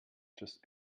just